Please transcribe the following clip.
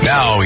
Now